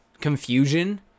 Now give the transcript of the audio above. confusion